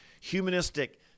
humanistic